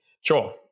Sure